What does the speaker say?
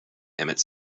emmett